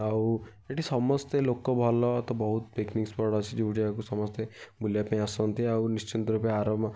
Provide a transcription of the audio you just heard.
ଆଉ ଏଇଠି ସମସ୍ତେ ଲୋକ ଭଲ ତ ବହୁତ ପିକ୍ନିକ୍ ସ୍ପଟ୍ ଅଛି ଯେଉଁ ଜାଗାକୁ ସମସ୍ତେ ବୁଲିବା ପାଇଁ ଆସନ୍ତି ଆଉ ନିଶ୍ଚିନ୍ତ ରୂପେ